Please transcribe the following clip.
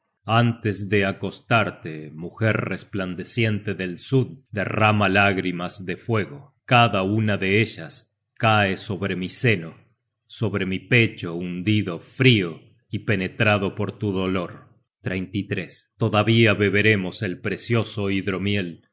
antes de acostarte mujer resplandeciente del sud derramas lágrimas de fuego cada una de ellas cae sobre mi seno sobre mi pecho hundido frio y penetrado por tu dolor todavía beberemos el precioso hidromiel